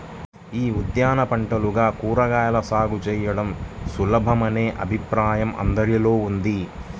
యీ ఉద్యాన పంటలుగా కూరగాయల సాగు చేయడం సులభమనే అభిప్రాయం అందరిలో ఉంది